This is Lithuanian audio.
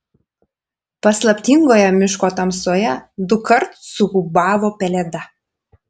paslaptingoje miško tamsoje dukart suūbavo pelėda